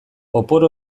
opor